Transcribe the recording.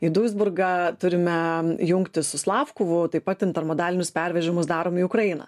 į duisburgą turime jungtis su slafkuvu taip pat intermodalinius pervežimus darom į ukrainą